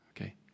Okay